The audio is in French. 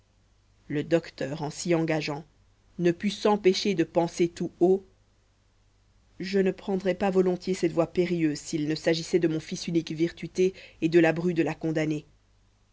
le docteur en s'y engageant ne put s'empêcher de penser tout haut je ne prendrais pas volontiers cette voie périlleuse s'il ne s'agissait de mon fils unique virtuté et de la bru de la condamnée